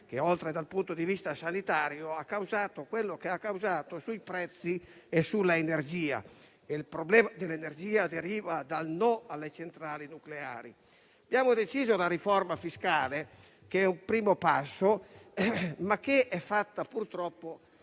che, oltre che dal punto di vista sanitario, ha causato quello che sappiamo sui prezzi e sull'energia. Il problema dell'energia deriva dal no alle centrali nucleari. Abbiamo deciso la riforma fiscale, che è un primo passo, ma che è fatta purtroppo